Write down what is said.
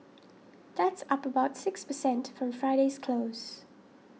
that's up about six per cent from Friday's close